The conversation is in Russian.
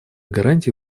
гарантии